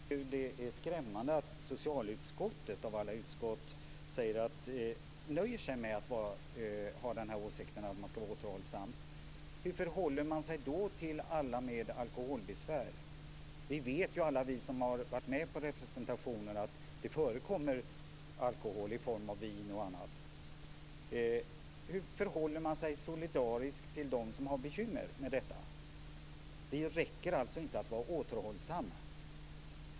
Fru talman! Jag tycker att det är skrämmande att socialutskottet av alla utskott nöjer sig med åsikten om återhållsamhet. Hur förhåller man sig då till alla med alkoholbesvär? Alla vi som har varit med om att representera vet att det förekommer alkohol och vin. Hur förhåller man sig solidariskt till dem som har bekymmer med detta? Det räcker inte med att vara återhållsam.